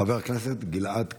חבר הכנסת גלעד קריב.